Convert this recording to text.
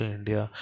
India